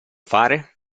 fare